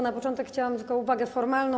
Na początek chciałam tylko zrobić uwagę formalną.